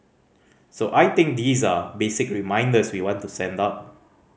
so I think these are basic reminders we want to send out